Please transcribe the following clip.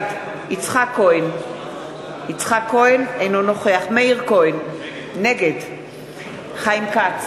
יצחק כהן, אינו נוכח חיים כץ,